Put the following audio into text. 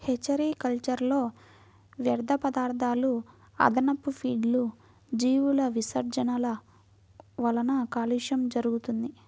hatchery కల్చర్లో వ్యర్థపదార్థాలు, అదనపు ఫీడ్లు, జీవుల విసర్జనల వలన కాలుష్యం జరుగుతుంది